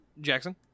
Jackson